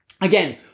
Again